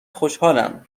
خوشحالم